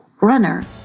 Runner